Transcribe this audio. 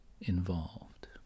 involved